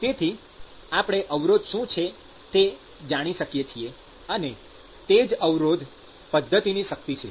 તેથી આપણે અવરોધ શું છે તે જાણી શકીએ છીએ અને તે જ અવરોધ પદ્ધતિની શક્તિ છે